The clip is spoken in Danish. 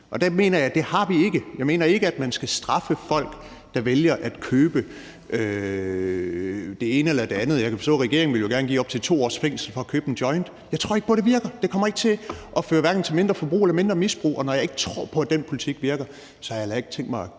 Der mener jeg, at det har vi ikke. Jeg mener ikke, at man skal straffe folk, der vælger at købe det ene eller det andet stof. Jeg kan forstå, at regeringen gerne vil give op til 2 års fængsel for at købe en joint. Jeg tror ikke på, at det virker. Det kommer hverken til at føre til mindre forbrug eller mindre misbrug. Og når jeg ikke tror på, at den politik virker, har jeg heller ikke tænkt mig at